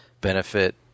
benefit